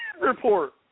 Report